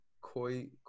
koi